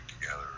together